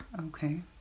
Okay